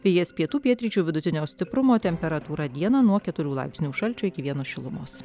vėjas pietų pietryčių vidutinio stiprumo temperatūra dieną nuo keturių laipsnių šalčio iki vieno šilumos